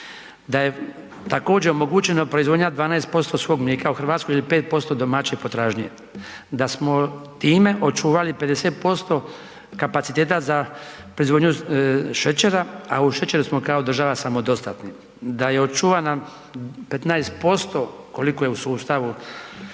da je također omogućeno proizvodnja 12% svog mlijeka u Hrvatskoj ili 5% domaće potražnje, da smo time očuvali 50% kapaciteta za proizvodnju šećera, a u šećeru smo kao država samodostatni, da je očuvano 15% koliko je u sustavu